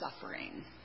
suffering